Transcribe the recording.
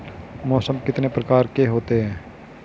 मौसम कितने प्रकार के होते हैं?